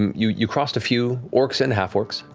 um you you crossed a few orcs and half-orcs,